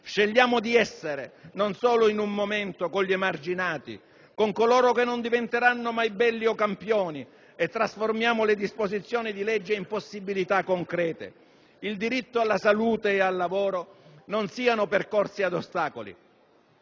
Scegliamo di essere, non solo in un momento, con gli emarginati, con coloro che non diventeranno mai belli o campioni e trasformiamo le disposizioni di legge in possibilità concrete. Il diritto alla salute ed al lavoro non siano percorsi ad ostacoli.